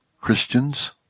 Christians